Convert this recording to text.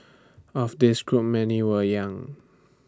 of this group many were young